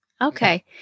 Okay